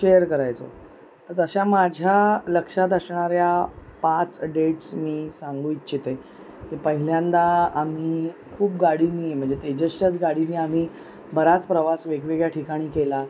share करायचो तशा माझ्या लक्षात अशणाऱ्या पाच डेट्स मी सांगू इच्छिते की पहिल्यांदा आम्ही खूप गाडीनी म्हणजे तेजच्याच गाडीनी आम्ही बराच प्रवास वेगवेगळ्या ठिकाणी केला